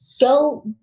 go